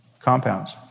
compounds